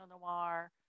Noir